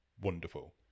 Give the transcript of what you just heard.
wonderful